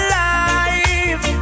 life